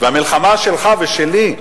המלחמה שלך ושלי,